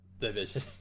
division